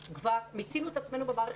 מיצינו אתל עצמנו במערכת,